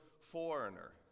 foreigner